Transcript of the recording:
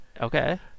Okay